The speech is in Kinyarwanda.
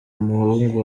muhungu